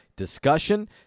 Discussion